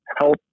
help